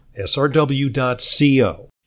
srw.co